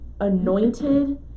anointed